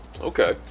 Okay